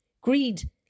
Greed